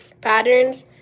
patterns